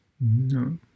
No